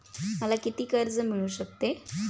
मला किती कर्ज मिळू शकते?